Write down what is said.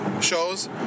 shows